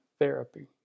therapy